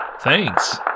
Thanks